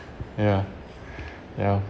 ya ya